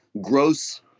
gross